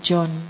John